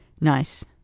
Nice